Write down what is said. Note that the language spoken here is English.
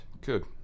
Good